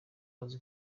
bazi